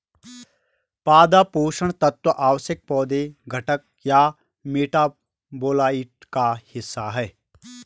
पादप पोषण तत्व आवश्यक पौधे घटक या मेटाबोलाइट का हिस्सा है